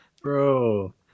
Bro